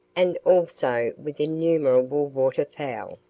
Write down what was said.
and also with innumerable water-fowl.